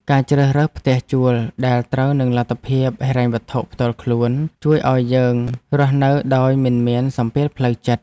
ការជ្រើសរើសផ្ទះជួលដែលត្រូវនឹងលទ្ធភាពហិរញ្ញវត្ថុផ្ទាល់ខ្លួន ជួយឱ្យយើងរស់នៅដោយមិនមានសម្ពាធផ្លូវចិត្ត។